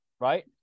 Right